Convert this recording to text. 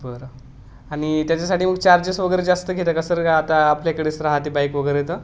बरं आणि त्याच्यासाठी मग चार्जेस वगैरे जास्त घेते का सर का आता आपल्याकडेच राहत बाईक वगैरे तर